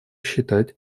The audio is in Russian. считать